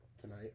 tonight